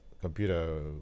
computer